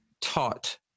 taught